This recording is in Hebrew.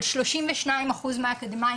אבל שלושים ושניים אחוז מהאקדמאים